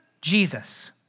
Jesus